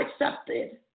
accepted